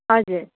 हजुर